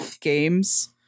games